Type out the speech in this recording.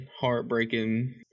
heartbreaking